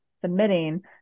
submitting